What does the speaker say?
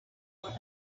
what